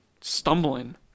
stumbling